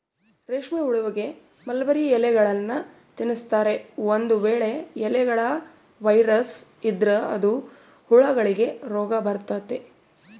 ರೇಷ್ಮೆಹುಳಗಳಿಗೆ ಮಲ್ಬೆರ್ರಿ ಎಲೆಗಳ್ನ ತಿನ್ಸ್ತಾರೆ, ಒಂದು ವೇಳೆ ಎಲೆಗಳ ವೈರಸ್ ಇದ್ರ ಅದು ಹುಳಗಳಿಗೆ ರೋಗಬರತತೆ